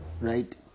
Right